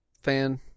fan